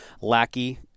lackey